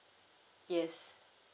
yes